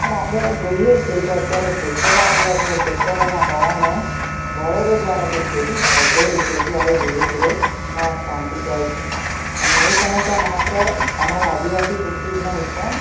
પણ આપણે જોઈએ છે કે અત્યારે ટ્રેક્ટરો આવ્યા છે ટ્રેક્ટરનાં કારણે બળદ દ્વારા જે ખેતી થાય છે એ ખેતી હવે ધીરે ધીરે નાશ પામતી જાય છે અને એ સમસ્યા માત્ર અમારા આદિવાસી પૂરતી જ નહીં પણ